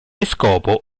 scopo